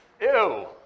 Ew